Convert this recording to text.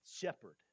Shepherd